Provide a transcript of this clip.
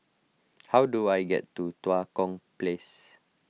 how do I get to Tua Kong Place